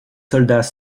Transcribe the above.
soldats